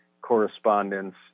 correspondence